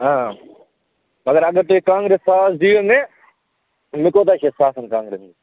آ مگر اگر تُہۍ کانٛگٕرِ ساس دِیو مےٚ مےٚ کیٛاہ بچہِ یتھ ساسَن کانٛگرٮ۪ن حظ